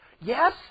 Yes